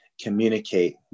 communicate